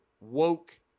woke